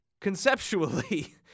conceptually